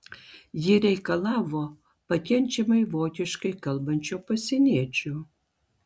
ji reikalavo pakenčiamai vokiškai kalbančio pasieniečio